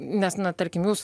nes na tarkim jūs